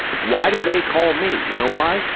why do they call me? you know, why?